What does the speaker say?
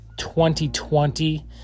2020